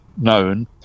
known